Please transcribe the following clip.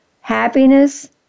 happiness